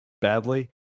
badly